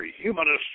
Humanist